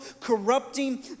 corrupting